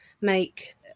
make